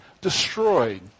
destroyed